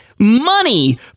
money